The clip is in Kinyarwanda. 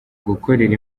gukorera